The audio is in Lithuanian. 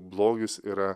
blogis yra